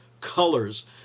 colors